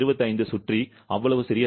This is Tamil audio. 25 சுற்றி அவ்வளவு சிறியதல்ல